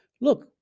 Look